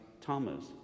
Thomas